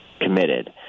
committed